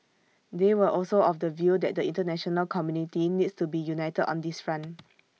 they were also of the view that the International community needs to be united on this front